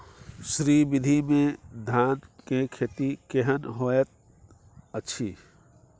श्री विधी में धान के खेती केहन होयत अछि?